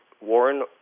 Warren